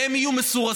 והם יהיו מסורסים,